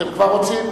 אתם כבר רוצים?